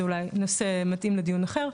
זה אולי נושא מתאים לדיון אחר,